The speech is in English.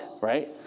right